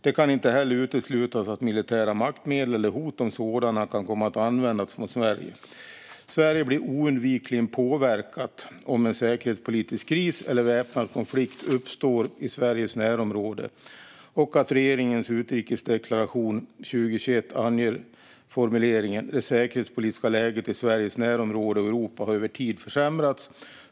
Det kan inte heller uteslutas att militära maktmedel eller hot om sådana kan komma att användas mot Sverige. Sverige blir oundvikligen påverkat om en säkerhetspolitisk kris eller väpnad konflikt uppstår i Sveriges närområde." Regeringens utrikesdeklaration 2021 anger formuleringen: "Det säkerhetspolitiska läget i Sveriges närområde och Europa har över tid försämrats.